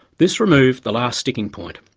this removed the last sticking point.